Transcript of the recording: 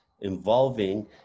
involving